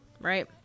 right